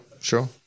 sure